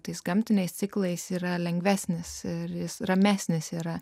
tais gamtiniais ciklais yra lengvesnis ir jis ramesnis yra